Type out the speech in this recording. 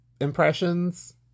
impressions